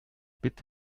bit